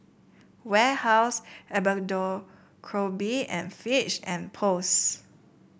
Warehouse Abercrombie and Fitch and Post